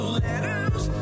letters